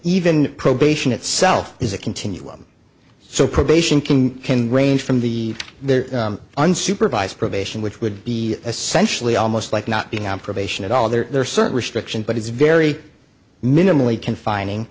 even probation itself is a continuum so probation can range from the there unsupervised probation which would be essentially almost like not being on probation at all there are certain restrictions but it's very minimally confining